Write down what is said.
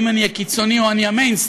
האם אני הקיצוני או אני המיינסטרים,